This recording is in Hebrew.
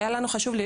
והיה לנו חשוב,